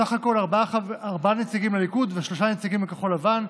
בסך הכול ארבעה נציגים לליכוד ושלושה נציגים לכחול לבן.